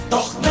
Doch